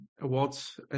awards